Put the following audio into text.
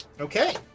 Okay